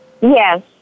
Yes